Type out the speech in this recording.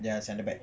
ya center back